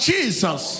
Jesus